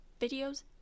videos